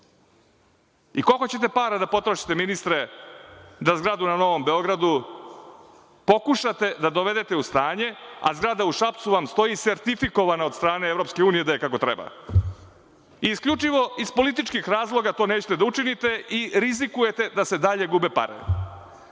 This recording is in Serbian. i koliko ćete para da potrošite, ministre, da zgradu na novom Beogradu pokušate da dovedete u stanje, a zgrada u Šapcu vam stoji sertifikovana od strane Evropske Unije da je kako treba? Isključivo iz političkih razloga to nećete da učinite i rizikujete da se dalje gube